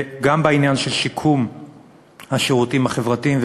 גם בעניין של שיקום השירותים החברתיים,